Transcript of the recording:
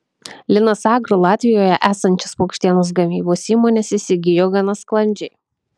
linas agro latvijoje esančias paukštienos gamybos įmones įsigijo gana sklandžiai